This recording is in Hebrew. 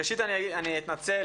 ראשית, אני אתנצל